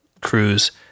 cruise